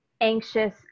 anxious